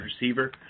receiver